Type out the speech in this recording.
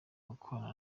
gukorana